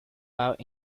out